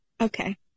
okay